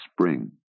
spring